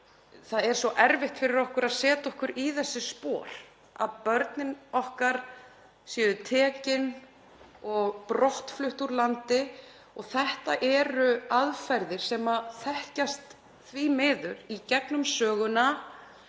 það er svo erfitt fyrir okkur að setja okkur í þessi spor að börnin okkar séu tekin og brottflutt úr landi. Þetta eru aðferðir sem þekkjast því miður í gegnum söguna